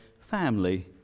family